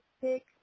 pick